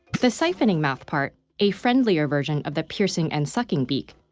the siphoning mouthpart, a friendlier version of the piercing and sucking beak,